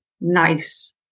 nice